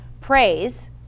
Praise